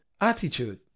attitude